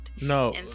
No